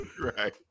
Right